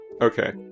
Okay